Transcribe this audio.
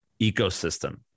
ecosystem